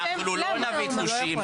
אנחנו לא נביא תלושים.